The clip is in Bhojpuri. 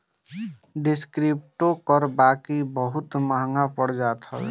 डिस्क्रिप्टिव कर बाकी बहुते महंग पड़ जात हवे